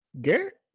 Garrett